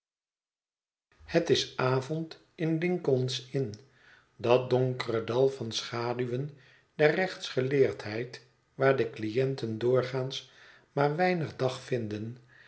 het is avond in lincoln's inn dat donkere dal van schaduwen der rechtsgeleerdheid waar de cliënten doorgaans maar weinig dag vinden